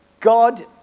God